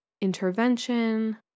intervention